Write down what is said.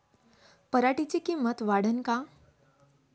पराटीची किंमत वाढन का?